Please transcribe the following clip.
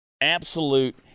Absolute